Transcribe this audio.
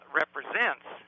represents